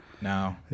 no